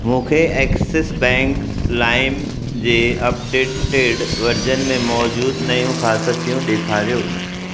मूंखे Axis Bank लाइम जे अपडेटेड वर्ज़न में मौजूदु नयूं ख़ासियतूं ॾेखारियो